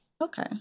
Okay